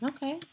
Okay